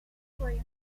coins